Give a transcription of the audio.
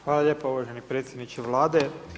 Hvala lijepo uvažani predsjedniče Vlade.